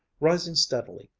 rising steadily,